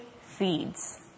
feeds